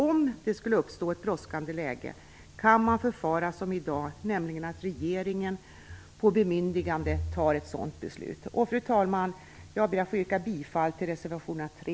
Om det skulle uppstå ett brådskande läge kan man förfara som i dag, nämligen att regeringen på bemyndigande fattar ett sådant beslut. Fru talman! Jag yrkar bifall till reservationerna 3